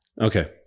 Okay